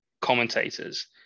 commentators